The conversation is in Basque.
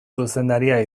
zuzendaria